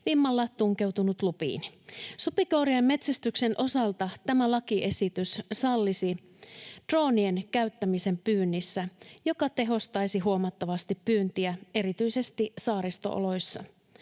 vimmalla tunkeutunut lupiini. Supikoirien metsästyksen osalta tämä lakiesitys sallisi droonien käyttämisen pyynnissä, mikä tehostaisi huomattavasti pyyntiä erityisesti saaristo-oloissa.